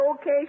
okay